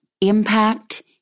impact